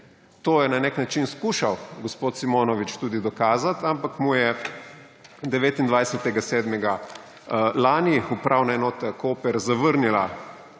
To je na nek način skušal gospod Simonovič tudi dokazati, ampak mu je 29. 7. lani Upravna enota Koper zavrnila